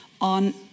on